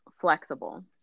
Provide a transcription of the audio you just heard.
flexible